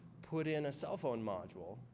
put in a cell phone module.